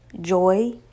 joy